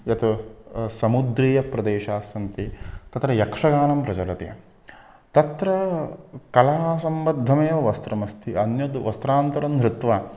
यत् समुद्रीय प्रदेशास्सन्ति तत्र यक्षगानं प्रचलति तत्र कलासम्बद्धमेव वस्त्रमस्ति अन्यद् वस्त्रान्तरं धृत्वा